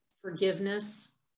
forgiveness